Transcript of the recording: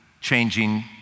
changing